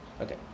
okay